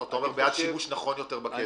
או שאתה אומר שאתה בעד שימוש נכון יותר בכסף?